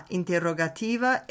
interrogativa